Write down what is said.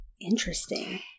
Interesting